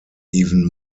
even